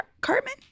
cartman